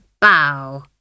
bow